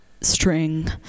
string